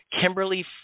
Kimberly